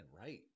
right